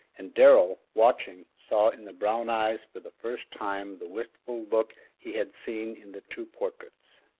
and darrell, watching, saw in the brown eyes for the first time the wistful look he had seen in the two portraits.